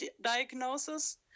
diagnosis